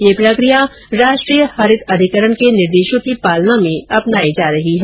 ये प्रक्रिया राष्ट्रीय हरित अधिकरण के निर्देशों की पालना में की जा रही है